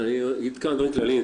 אגיד כמה דברים כלליים.